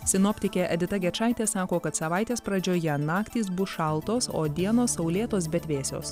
sinoptikė edita gečaitė sako kad savaitės pradžioje naktys bus šaltos o dienos saulėtos bet vėsios